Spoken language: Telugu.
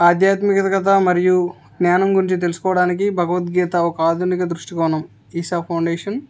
ఆధ్యాత్మితకత మరియు జ్ఞానం గురించి తెలుసుకోవడానికి భగవద్గీత ఒక ఆధునిక దృష్టి కోణం ఇషా ఫౌండేషన్